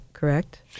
correct